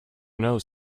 knows